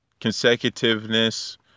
consecutiveness